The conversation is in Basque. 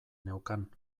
neukan